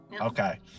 Okay